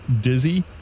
dizzy